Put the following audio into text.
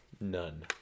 None